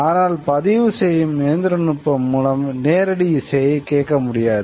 ஆனால் பதிவுசெய்யும் இயந்திரநுட்பம் மூலம் நேரடி இசையை கேட்க முடியாது